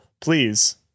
please